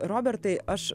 robertai aš